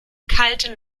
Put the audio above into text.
kalte